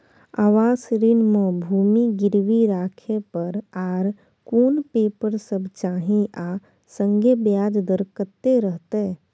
आवास ऋण म भूमि गिरवी राखै पर आर कोन पेपर सब चाही आ संगे ब्याज दर कत्ते रहते?